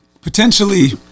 potentially